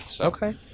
Okay